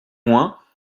moins